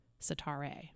Satare